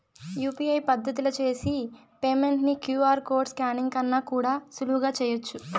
UPI పద్దతిల చేసి payment ని క్యూ.ఆర్ కోడ్ స్కానింగ్ కన్నా కూడా సులువుగా చేయచ్చు